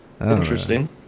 Interesting